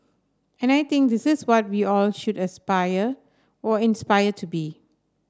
and I think this is what we all should aspire or inspire to be